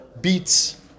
beats